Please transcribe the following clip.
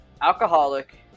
alcoholic